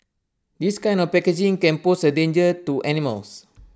this kind of packaging can pose A danger to animals